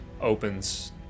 opens